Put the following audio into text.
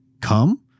come